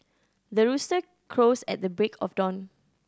the rooster crows at the break of dawn